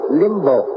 limbo